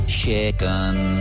shaken